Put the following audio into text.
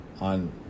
on